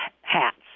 hats